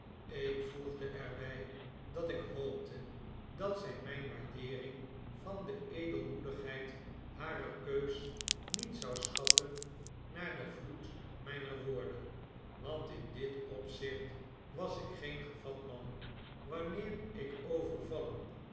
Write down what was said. ik voegde er by dat ik hoopte dat zij myn waardeering van de edelmoedigheid barer keus niet zou schatten naar den vloed mijner wdorden want in dit opzicht was ik geen gevat man wanneer ik overvallen